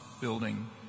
building